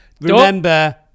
Remember